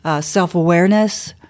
self-awareness